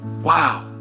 Wow